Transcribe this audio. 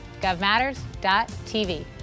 govmatters.tv